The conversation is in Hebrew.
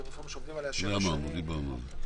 שוקדים עליו שבע שנים.